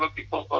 but people